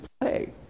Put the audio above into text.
play